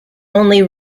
only